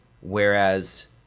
Whereas